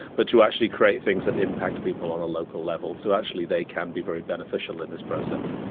but to actually create things that impact people on a local level, so actually they can be very beneficial in this process.